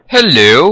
Hello